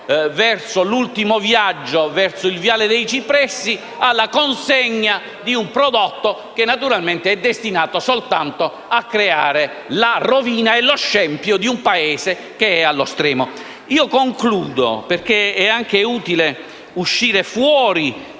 verso l'ultimo viaggio, verso il viale dei cipressi, alla consegna di un prodotto che naturalmente è destinato soltanto a creare la rovina e lo scempio di un Paese che è allo stremo. Concludo, perché è anche utile uscire fuori